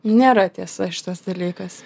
nėra tiesa šitas dalykas